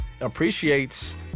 appreciates